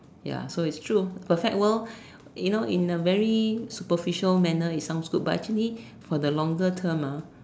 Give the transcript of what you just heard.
ya so it's true perfect world you know in a very superficial manner it sounds good but actually for the longer term ah